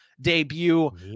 Debut